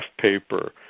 paper